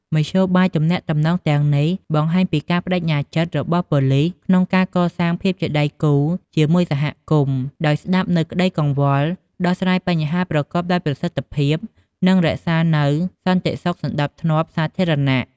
មធ្យោបាយទំនាក់ទំនងទាំងនេះ បង្ហាញពីការប្តេជ្ញាចិត្តរបស់ប៉ូលីសក្នុងការកសាងភាពជាដៃគូជាមួយសហគមន៍ ដោយស្តាប់នូវក្តីកង្វល់ ដោះស្រាយបញ្ហាប្រកបដោយប្រសិទ្ធភាព និងរក្សានូវសន្តិសុខសណ្តាប់ធ្នាប់សាធារណៈ។